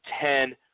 ten